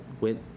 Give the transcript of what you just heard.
went